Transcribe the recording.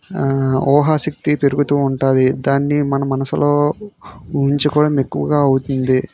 ఊహశక్తి పెరుగుతూ ఉంటుంది దాన్ని మన మనసులో ఊహించుకోవడం ఎక్కువగా అవుతుంది